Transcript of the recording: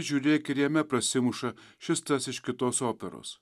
žiūrėk ir jame prasimuša šis tas iš kitos operos